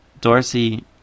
Dorsey